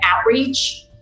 outreach